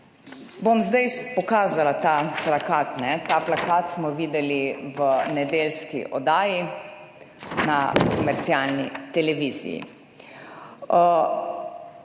zdaj pokazala ta plakat. Ta plakat smo videli v nedeljski oddaji na komercialni televiziji.